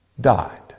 died